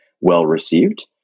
well-received